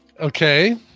Okay